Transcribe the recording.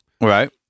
Right